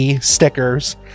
stickers